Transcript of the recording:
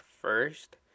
first